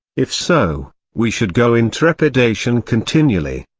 if so, we should go in trepidation continually.